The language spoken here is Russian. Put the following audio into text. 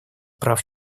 прав